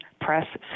press